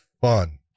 fun